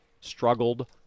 struggled